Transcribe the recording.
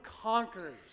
conquers